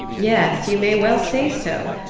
yes, you may well say so.